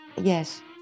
Yes